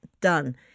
Done